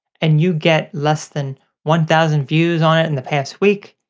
and you get less than one thousand views on it in the past week,